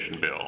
bill